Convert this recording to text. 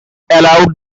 allowed